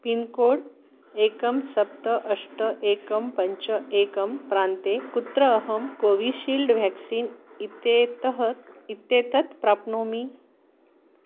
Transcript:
pincode एकं सप्त अष्ट एकं पञ्च एकं प्रान्ते कुत्र अहं कोविशील्ड् व्याक्सीन् इत्येतः इत्येतत् प्राप्नोमि